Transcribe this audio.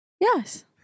Yes